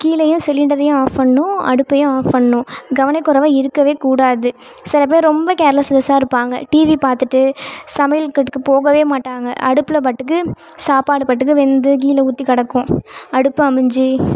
கீழேயும் சிலிண்டரையும் ஆஃப் பண்ணும் அடுப்பையும் ஆஃப் பண்ணும் கவனக் குறைவா இருக்கவே கூடாது சிலப் பேர் ரொம்ப கேர்லஸ்லஸாக இருப்பாங்க டிவி பார்த்துட்டு சமையல் கட்டுக்கு போகவே மாட்டாங்க அடுப்பில் பாட்டுக்கு சாப்பாடு பாட்டுக்கு வெந்து கீழே ஊற்றி கிடக்கும் அடுப்பு அணைஞ்சு